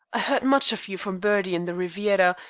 heard much of you from bertie in the riviera,